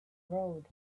road